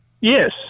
Yes